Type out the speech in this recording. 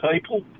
people